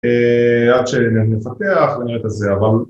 ‫עד שנפתח ונראה את הזה, אבל...